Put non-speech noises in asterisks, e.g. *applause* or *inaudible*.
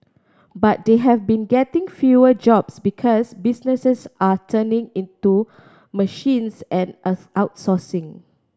but they have been getting fewer jobs because businesses are turning into machines and *unintelligible* outsourcing